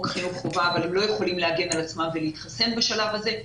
חינוך חובה אבל הם לא יכולים להגן על עצמם ולהתחסן בשלב הזה,